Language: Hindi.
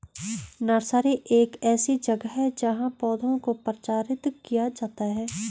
नर्सरी एक ऐसी जगह है जहां पौधों को प्रचारित किया जाता है